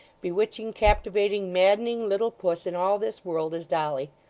bewitching, captivating, maddening little puss in all this world, as dolly!